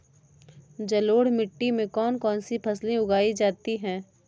जलोढ़ मिट्टी में कौन कौन सी फसलें उगाई जाती हैं?